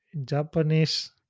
Japanese